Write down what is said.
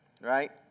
right